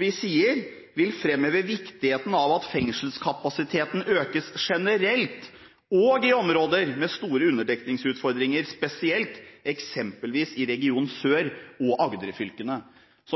vi «vil fremheve viktigheten av at fengselskapasiteten økes generelt, og i områder med store underdekningsutfordringer spesielt, eksempelvis i region sør og Agderfylkene.»